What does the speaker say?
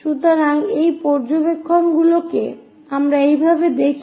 সুতরাং এই পর্যবেক্ষণগুলোকে আমরা এভাবেই দেখি